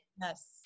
Yes